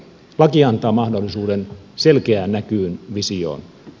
laki antaa mahdollisuuden selkeään näkyyn visioon